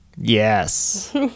yes